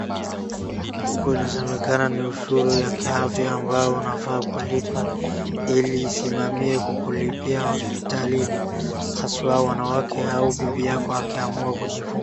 Huku inasemekana ni usuru ya kiafya ambayo unafaa kulipa, ili isimamie kukulipia hospitalini. Haswa wanawake au bibi yako akiamua kujifung